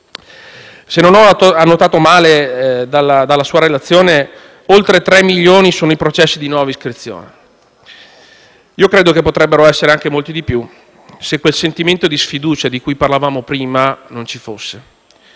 Se non ho annotato male dalla sua relazione, oltre 3 milioni sono i processi di nuova iscrizione. Credo che potrebbero essere anche molti di più, se quel sentimento di sfiducia di cui parlavamo prima non ci fosse.